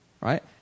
Right